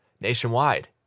nationwide